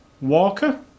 Walker